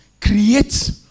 create